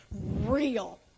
real